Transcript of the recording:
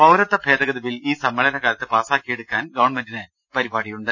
പൌരത്വ ഭേദഗതി ബിൽ ഈ സമ്മേളന കാലത്ത് പാസ്സാക്കിയെടുക്കാൻ ഗവൺമെന്റിന് പരിപാടിയുണ്ട്